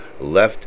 left